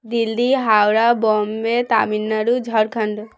Delhi Howrah Bombay Tamil Nadu Jharkhand